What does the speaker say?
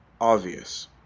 obvious